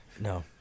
No